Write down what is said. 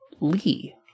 Lee